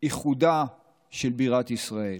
איחודה של בירת ישראל.